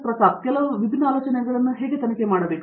ಪ್ರತಾಪ್ ಹರಿಡೋಸ್ ಕೆಲವು ವಿಭಿನ್ನ ಆಲೋಚನೆಗಳನ್ನು ಏನಾದರೂ ತನಿಖೆ ಮಾಡಬೇಕು